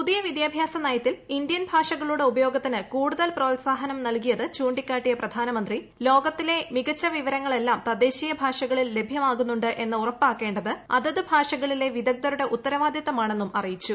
പുതിയ വിദ്യാഭയസ നയത്തിൽ ഇന്ത്യൻ ഭാഷകളുടെ ഉപയോഗത്തിന് കൂടുതൽ പ്രോത്സാഹനം നൽകിയത് ചൂണ്ടിക്കാട്ടിയ പ്രധാനമന്ത്രി ലോകത്തിലെ മികച്ച വിവരങ്ങളെല്ലാം തദ്ദേശീയ ഭാഷകളിൽ ലഭ്യമാകുന്നുണ്ട് എന്ന് ഉറപ്പാക്കേണ്ടത് അതത് ഭാഷകളിലെ വിദഗ്ദ്ധരുടെ ഉത്തരവാദിത്തമാണെന്നും അറിയിച്ചു